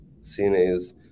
CNAs